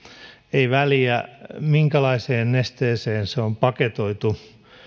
ei väliä minkälaiseen nesteeseen se on paketoitu